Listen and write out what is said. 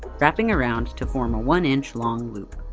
wrapping around to form a one inch long loop.